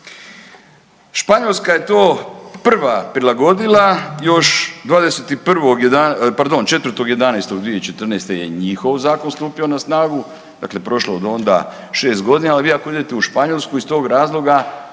.../nerazumljivo/... pardon, 4.11.2014. je njihov zakon stupio na snagu, dakle prošlo je od onda 6 godina, ali vi ako idete u Španjolsku, iz tog razloga